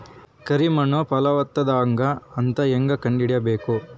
ಕರಿ ಮಣ್ಣು ಫಲವತ್ತಾಗದ ಅಂತ ಹೇಂಗ ಕಂಡುಹಿಡಿಬೇಕು?